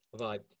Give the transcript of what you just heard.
Right